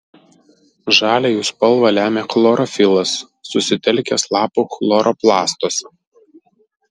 žalią jų spalvą lemia chlorofilas susitelkęs lapų chloroplastuose